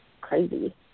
crazy